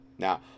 now